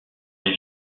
les